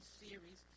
series